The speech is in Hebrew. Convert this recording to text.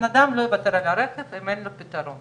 שוחחתי על כך אישית עם המדען הראשי של משרד התחבורה,